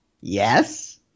yes